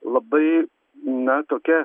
labai na tokia